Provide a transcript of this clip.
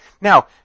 Now